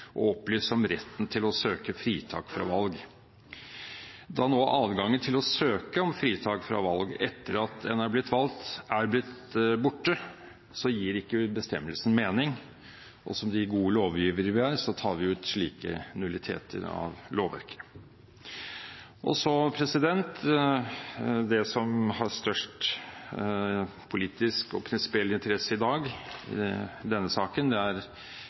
og opplyse om retten til å søke om fritak fra valg». Da adgangen til å søke om fritak fra valg etter at en er blitt valgt, er blitt borte, gir ikke bestemmelsen mening. Som de gode lovgivere vi er, tar vi ut slike nulliteter av lovverket. Det som har størst politisk og prinsipiell interesse i dag i denne saken,